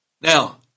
Now